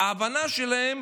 שההבנה שלהם